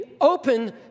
open